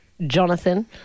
Jonathan